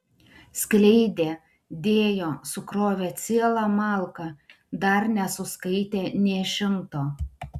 skleidė dėjo sukrovė cielą malką dar nesuskaitė nė šimto